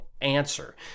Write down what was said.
answer